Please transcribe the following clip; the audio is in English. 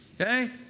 Okay